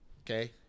Okay